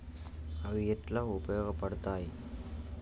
అవి ఎట్లా ఉపయోగ పడతాయి?